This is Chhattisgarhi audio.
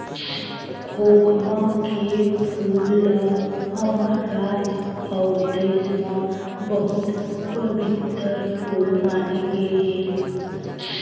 खोखमा के फूल ल हमर राज अउ देस म बहुत पबित्तर फूल माने गे हे